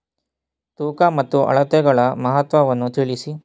ತೂಕ ಮತ್ತು ಅಳತೆಗಳ ಮಹತ್ವವನ್ನು ತಿಳಿಸಿ?